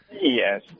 Yes